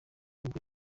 bwo